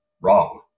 wrong